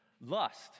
Lust